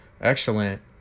excellent